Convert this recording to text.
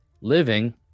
living